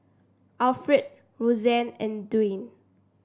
Alfred Roseanne and Dwan